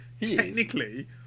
technically